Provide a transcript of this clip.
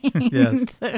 Yes